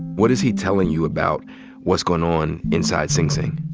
what is he telling you about what's goin' on inside sing sing?